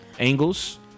angles